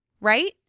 right